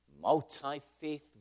multi-faith